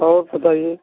और बताइए